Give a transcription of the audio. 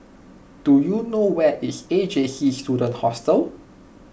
do you know where is A J C Student Hostel